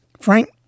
Frank